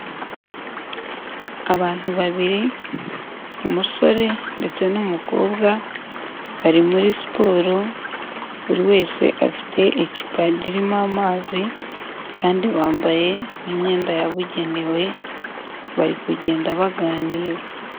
Abantu babiri umusore ndetse n'umukobwa bari muri siporo buri wese afite icupa ririmo amazi kandi bambaye n'imyenda yabugenewe bari kugenda baganira.